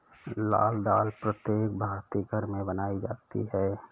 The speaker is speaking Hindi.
लाल दाल प्रत्येक भारतीय घर में बनाई जाती है